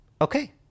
okay